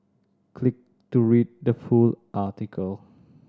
click to read the full article